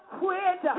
quit